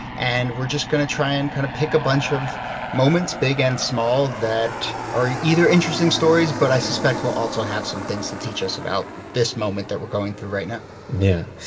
and we're just going to try and kind of pick a bunch of moments, big and small, that are either interesting stories, but i suspect will also have some things to teach us about this moment that we're going through right now yeah.